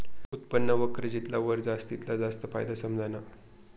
उत्पन्न वक्र जितला वर जास तितला फायदा जास्त समझाना